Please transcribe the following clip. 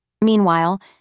Meanwhile